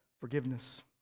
forgiveness